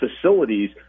facilities